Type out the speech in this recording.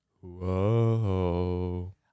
Whoa